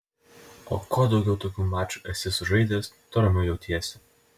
o kuo daugiau tokių mačų esi sužaidęs tuo ramiau jautiesi